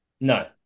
No